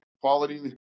quality